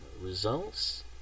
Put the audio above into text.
results